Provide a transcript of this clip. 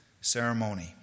ceremony